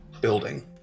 building